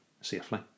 safely